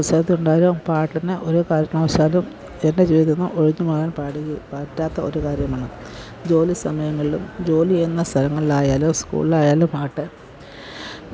ഏത് പ്രതിസന്ധിയുണ്ടായാലും പാട്ടിനെ ഒരു കാരണവശാലും എൻ്റെ ജീവിതത്തില്നിന്ന് ഒഴിഞ്ഞുമാറാൻ പാടില്ലാ പറ്റാത്ത ഒരു കാര്യമാണ് ജോലി സമയങ്ങളിലും ജോലിചെയ്യുന്ന സ്ഥലങ്ങളിലായാലും സ്കൂളിലായാലും പാട്ട്